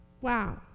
Wow